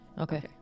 Okay